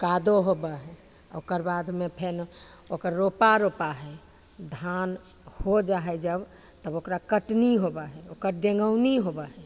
कादो होबै हइ ओकर बादमे फेरो ओकर रोपा रोपा हइ धान हो जा हइ जब तब ओकरा कटनी होबै हइ ओकर डेङ्गौनी होबै हइ